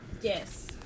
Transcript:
Yes